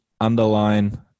underline